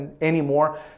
anymore